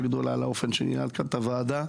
גדולה על האופן שניהלת כאן את הוועדה.